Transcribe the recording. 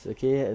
Okay